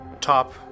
top